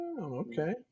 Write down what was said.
okay